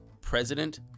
president